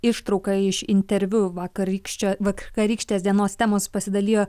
ištrauka iš interviu vakarykščio vakarykštės dienos temos pasidalijo